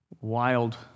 wild